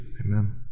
amen